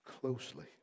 closely